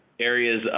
Areas